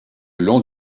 long